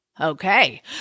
okay